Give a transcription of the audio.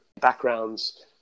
backgrounds